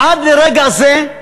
עד לרגע זה,